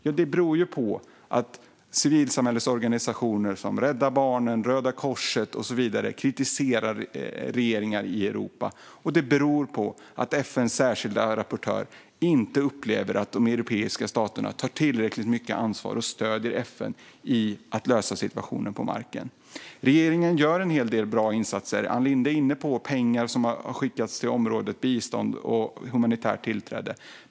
Jo, det beror på att civilsamhällesorganisationer som Rädda Barnen, Röda Korset med flera kritiserar regeringar i Europa, och det beror på att FN:s särskilda rapportör inte upplever att de europeiska staterna tar tillräckligt mycket ansvar och stöder FN i att lösa situationen på marken. Regeringen gör en hel del bra insatser. Ann Linde är inne på pengar som har skickats till området, bistånd och humanitärt tillträde.